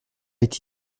est